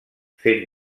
fent